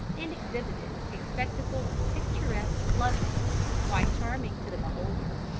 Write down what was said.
and exhibited a spectacle of picturesque loveliness quite charming to the beholder.